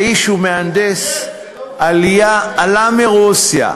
האיש הוא מהנדס, מהנדס, לא פועל.